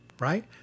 right